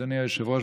אדוני היושב-ראש,